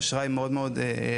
אשראי מאוד רחב.